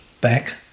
back